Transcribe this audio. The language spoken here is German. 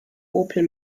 opel